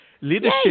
leadership